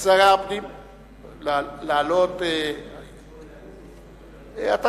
ושר הפנים לעלות, זה לא קשור אלי.